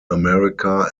america